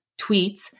tweets